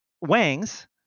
Wangs